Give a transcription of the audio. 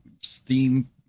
steam